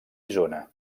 isona